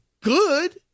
good